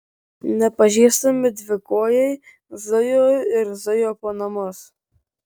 nepažįstami dvikojai zujo ir zujo po namus